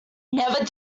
never